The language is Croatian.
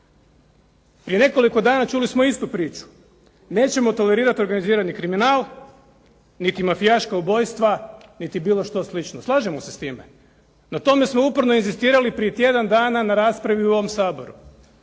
Prije nekoliko dana čuli smo istu priču. Nećemo tolerirati organizirani kriminal, niti mafijaška ubojstva, niti bilo što slično. Slažemo se s time. Na tome smo uporno inzistirali prije tjedan dana na raspravi u ovom Saboru.